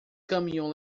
caminhou